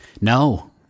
No